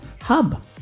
hub